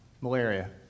Malaria